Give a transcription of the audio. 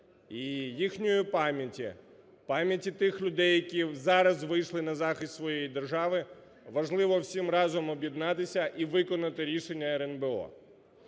І їхньої пам'яті, пам'яті тих людей, які зараз вийшли на захист своєї держави, важливо всім разом об'єднатися і виконати рішення РНБО.